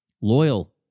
loyal